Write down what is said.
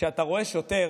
כשאתה רואה שוטר